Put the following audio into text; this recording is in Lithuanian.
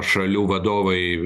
šalių vadovai